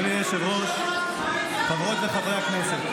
אדוני היושב-ראש, חברות וחברי הכנסת.